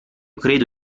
credo